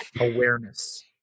Awareness